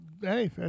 hey